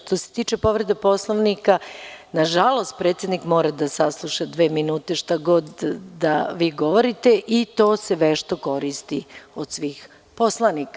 Što se tiče povrede Poslovnika, na žalost, predsednik mora da sasluša dve minute šta god da vi govorite i to se vešto koristi od svih poslanika.